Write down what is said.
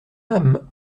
âme